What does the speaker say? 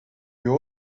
you